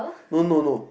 no no no